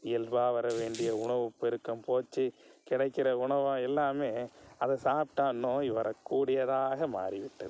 இயல்பாக வரவேண்டிய உணவுப் பெருக்கம் போச்சு கிடைக்குற உணவும் எல்லாமே அதை சாப்பிட்டா நோய் வரக்கூடியதாக மாறிவிட்டது